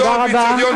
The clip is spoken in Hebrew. תודה רבה,